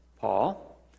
Paul